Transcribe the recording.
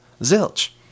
zilch